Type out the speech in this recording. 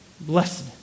Blessed